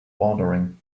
watering